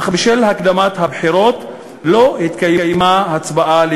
אך בשל הקדמת הבחירות לא התקיימה עליה הצבעה.